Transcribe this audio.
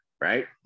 right